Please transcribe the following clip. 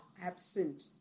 absent